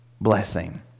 blessing